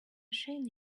shane